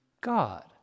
God